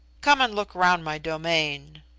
come and look round my domain.